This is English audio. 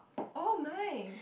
oh my